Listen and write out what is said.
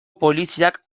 poliziak